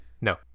No